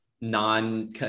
non-